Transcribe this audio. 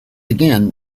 again